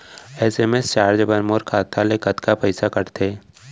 SMS charge बर मोर खाता ले कतका पइसा कटथे?